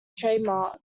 trademark